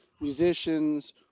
musicians